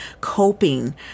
coping